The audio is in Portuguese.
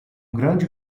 grande